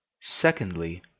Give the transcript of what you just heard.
Secondly